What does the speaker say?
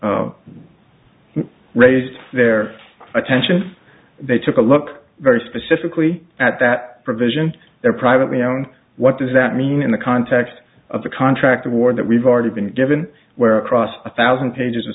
raised their attention they took a look very specifically at that provision their privately owned what does that mean in the context of the contract award that we've already been given where across a thousand pages